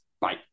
Bye